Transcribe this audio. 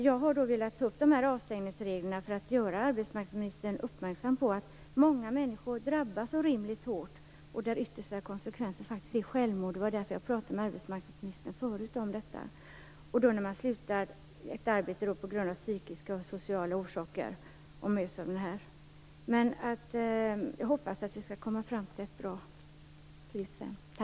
Jag har velat ta upp avstängningsreglerna för att göra arbetsmarknadsministern uppmärksam på att många människor drabbas orimligt hårt. Den yttersta konsekvensen är ibland självmord - jag har talat med arbetsmarknadsministern förut om det - eller att man slutar sitt arbete av psykiska och sociala orsaker. Jag hoppas att vi skall komma fram till någonting bra.